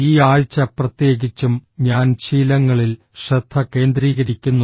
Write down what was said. ഈ ആഴ്ച പ്രത്യേകിച്ചും ഞാൻ ശീലങ്ങളിൽ ശ്രദ്ധ കേന്ദ്രീകരിക്കുന്നു